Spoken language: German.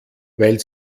weil